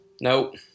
nope